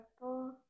purple